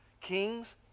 kings